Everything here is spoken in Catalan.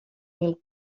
mil